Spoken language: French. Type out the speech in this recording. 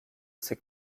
ces